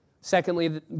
Secondly